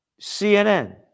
CNN